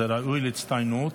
זה ראוי להצטיינות,